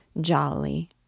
Jolly